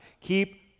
Keep